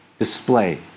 display